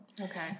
Okay